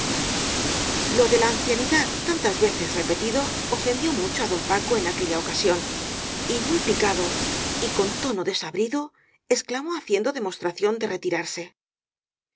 lo de la ancianidad tantas veces repetido ofen dió mucho á don paco en aquella ocasión y muy picado y con tono desabrido exclamó haciendo demostración de retirarse